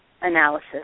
analysis